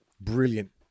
brilliant